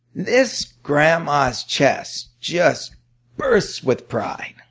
this grandma's chest just burst with pride.